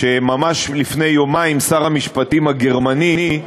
שממש לפני יומיים שר המשפטים הגרמני,